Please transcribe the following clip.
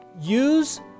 use